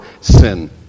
sin